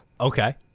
Okay